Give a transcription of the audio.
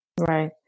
Right